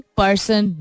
person